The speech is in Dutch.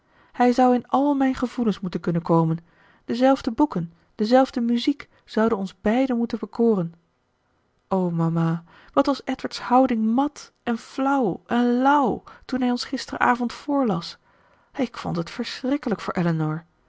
hij zou in al mijn gevoelens moeten kunnen komen dezelfde boeken dezelfde muziek zouden ons beiden moeten bekoren o mama wat was edward's houding mat en flauw en lauw toen hij ons gisterenavond voorlas ik vond het verschrikkelijk voor elinor